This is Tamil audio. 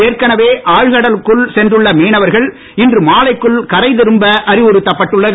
ஏற்கனவே ஆழ்கடலுக்குள் சென்றுள்ள மீனவர்கள் இன்று மாலைக்குள் கரை திரும்ப அறிவுறுத்தப்பட்டுள்ளது